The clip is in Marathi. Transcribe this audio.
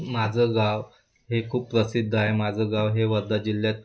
माझं गाव हे खूप प्रसिद्ध आहे माझं गाव हे वर्धा जिल्ह्यात